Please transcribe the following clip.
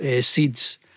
seeds